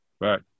Right